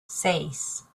seis